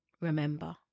remember